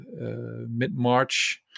mid-March